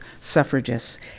suffragists